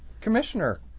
commissioner